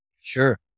Sure